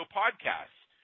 podcasts